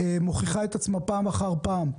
מוכיחה את עצמה פעם אחר פעם,